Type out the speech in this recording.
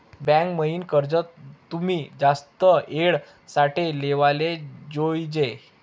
bank म्हाईन कर्ज तुमी जास्त येळ साठे लेवाले जोयजे